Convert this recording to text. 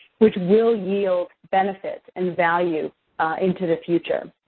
which will yield benefits and value into the future.